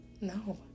No